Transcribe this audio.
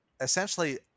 essentially